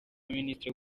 minisitiri